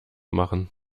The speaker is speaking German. machen